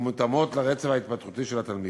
ומותאמות לרצף ההתפתחותי של התלמיד.